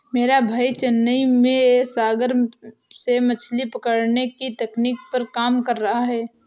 मेरा भाई चेन्नई में सागर से मछली पकड़ने की तकनीक पर काम कर रहा है